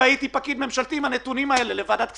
לוועדת הכספים,